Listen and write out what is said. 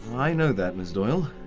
i know that, ms doyle.